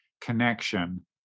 connection